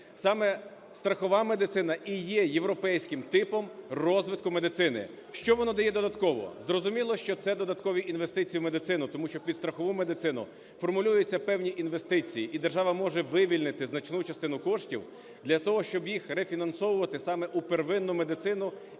Саме страхова медицина і є європейським типом розвитку медицини. Що воно дає додатково? Зрозуміло, що це додаткові інвестиції в медицину, тому що під страхову медицину формулюються певні інвестиції і держава може вивільнити значну частину коштів для того, щоб їх рефінансовувати саме у первинну медицину